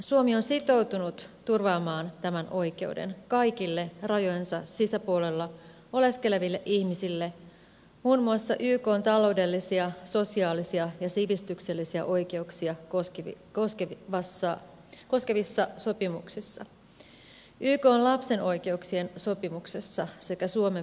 suomi on sitoutunut turvaamaan tämän oikeuden kaikille rajojensa sisäpuolella oleskeleville ihmisille muun muassa ykn taloudellisia sosiaalisia ja sivistyksellisiä oikeuksia koskevassa sopimuksessa ykn lapsen oikeuksien sopimuksessa sekä suomen perustuslaissa